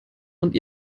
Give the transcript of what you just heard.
und